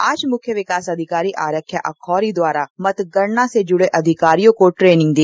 आज मुख्य विकास अधिकारी आर्यका अखौरी ने मतगणना से जुड़े अधिकारियों को ट्रेनिंग दी